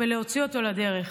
ולהוציא אותו לדרך.